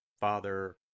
Father